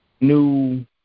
new